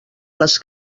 les